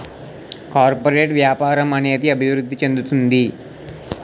corporate వ్యాపారం అనేది అభివృద్ధి చెందుతుంది